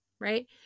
right